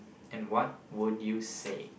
and what would you say